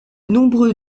nombreux